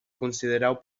considereu